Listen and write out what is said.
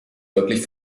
wirklich